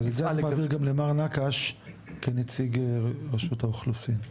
אז את זה נעביר גם למר נקש כנציג רשות האוכלוסין.